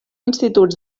instituts